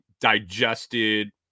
digested